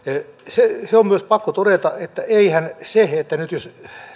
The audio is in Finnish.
on myös pakko todeta että eihän se jos